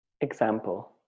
Example